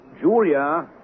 Julia